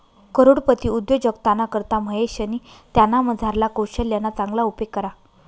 करोडपती उद्योजकताना करता महेशनी त्यानामझारला कोशल्यना चांगला उपेग करा